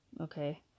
Okay